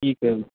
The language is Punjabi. ਠੀਕ ਹੈ ਜੀ